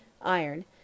iron